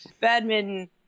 badminton